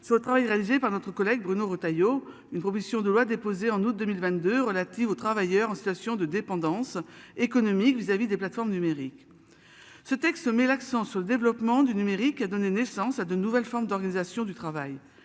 sur le travail réalisé par notre collègue Bruno Retailleau. Une proposition de loi déposée en août 2022 relatives aux travailleurs en station de dépendance économique vis-à-vis des plateformes numériques. Ce texte met l'accent sur le développement du numérique a donné naissance ça de nouvelles formes d'organisation du travail.